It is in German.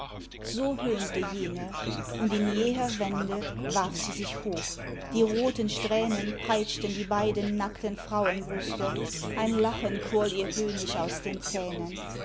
so höhnte jene und in jäher wende warf sie sich hoch die roten strähnen peitschten die beiden nackten frauenbrüste ein lachen quoll ihr höhnisch aus den zähnen